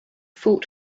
fought